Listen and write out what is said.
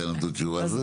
מתי נתנו תשובה?